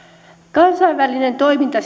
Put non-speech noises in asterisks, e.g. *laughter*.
kansainvälinen toiminta *unintelligible*